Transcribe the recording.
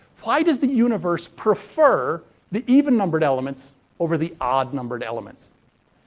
why does the universe prefer the even numbered elements over the odd numbered elements?